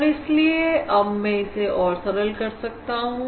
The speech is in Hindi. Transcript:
और इसलिए अब मैं इसे और सरल कर सकता हूं